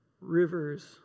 rivers